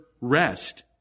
rest